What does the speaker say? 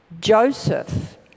Joseph